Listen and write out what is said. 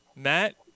Matt